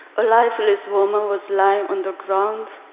a lifeless woman was lying on the ground,